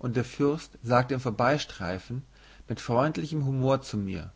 und der fürst sagte im vorbeistreifen mit freundlichem humor zu mir